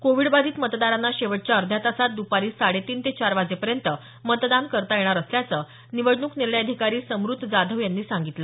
कोविडबाधित मतदादारांना शेवटच्या अर्ध्या तासात दुपारी साडे तीन ते चार वाजेपर्यंत मतदान करता येणार असल्याचं निवडणूक निर्णय अधिकारी समृत जाधव यांनी सांगितलं